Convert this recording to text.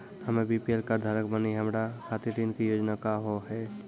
हम्मे BPL card धारक बानि हमारा खातिर ऋण के योजना का होव हेय?